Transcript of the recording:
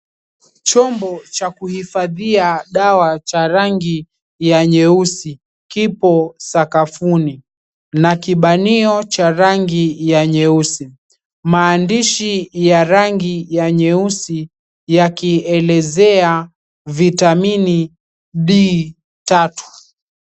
Chombo cha kuhifadhia dawa cha rangi ya nyeusi, kipo sakafuni na kibanio cha rangi ya nyeusi. Maandishi ya rangi ya nyeusi yakielezea vitamini D3.